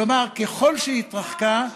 כלומר ככל שהיא התרחקה,